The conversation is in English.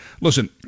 Listen